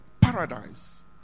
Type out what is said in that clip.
paradise